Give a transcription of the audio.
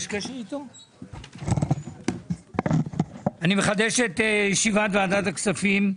אני מתכבד לפתוח את ישיבת ועדת הכספים.